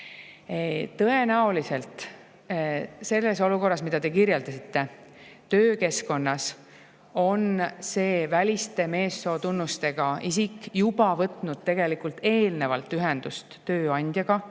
Tõenäoliselt selles olukorras, mida te kirjeldasite, töökeskkonnas on see väliste meessootunnustega isik juba võtnud eelnevalt ühendust tööandjaga